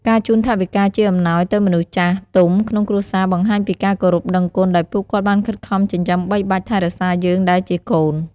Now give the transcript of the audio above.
ការជូនថវិកាជាអំណោយទៅមនុស្សចាស់ទុំក្នុងគ្រួសារបង្ហាញពីការគោរពដឹងគុណ ដែលពួកគាត់បានខិតខំចិញ្ចឹមបីបាច់ថែរក្សាយើងដែលជាកូន។